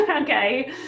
okay